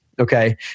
Okay